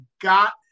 got